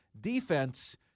defense